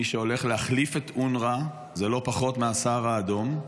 מי שהולך להחליף את אונר"א זה לא פחות מהסהר האדום.